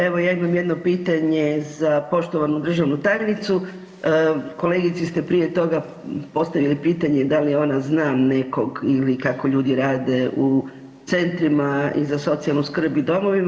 Evo, ja imam jedno pitanje za poštovanu državnu tajnicu, kolegici ste prije toga postavili pitanje da li ona zna nekog ili kako ljudi rade u centrima i za socijalnu skrb i u domovima.